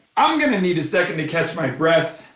i'm gonna need a second to catch my breath.